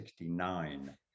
1969